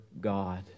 God